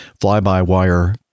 fly-by-wire